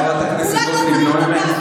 מתי חברת הכנסת גוטליב נואמת?